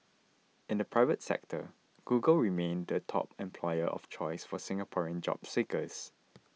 in the private sector Google remained the top employer of choice for Singaporean job seekers